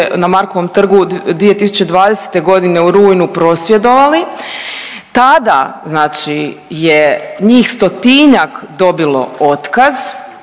na Markovom trgu 2020.g. u rujnu prosvjedovali, tada je njih stotinjak dobilo otkaz,